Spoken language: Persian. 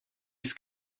است